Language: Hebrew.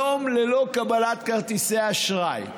יום ללא קבלת כרטיסי אשראי.